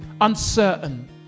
uncertain